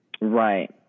Right